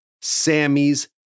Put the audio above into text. Sammy's